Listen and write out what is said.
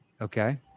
Okay